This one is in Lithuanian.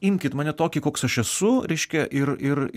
imkit mane tokį koks aš esu reiškia ir ir ir ir tada tu nebe tu tu žinai